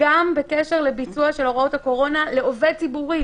גם בקשר לביצוע של הוראות הקורונה לעובד ציבורי,